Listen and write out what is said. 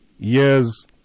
Years